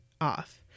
off